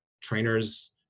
trainers –